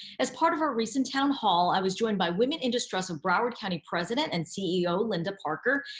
as part of a recent town hall, i was joined by women in distress of broward county president and ceo, linda parker,